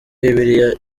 bibiliya